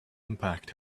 impact